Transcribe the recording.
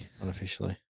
unofficially